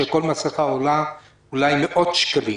שכל מסכה עולה אולי מאות שקלים.